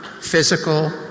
physical